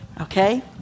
Okay